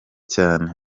cyane